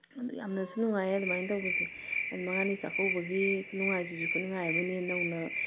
ꯑꯗꯨ ꯌꯥꯝꯅꯁꯨ ꯅꯨꯡꯉꯥꯏꯌꯦ ꯑꯗꯨꯃꯥꯏꯅ ꯇꯧꯕꯁꯦ ꯑꯗꯨ ꯃꯉꯥꯅꯤ ꯆꯥꯛꯀꯧꯕꯒꯤ ꯈꯨꯅꯨꯡꯉꯥꯏꯁꯤꯁꯨ ꯈꯨꯅꯨꯡꯉꯥꯏ ꯑꯃꯅꯤ ꯅꯧꯅ